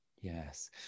Yes